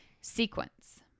Sequence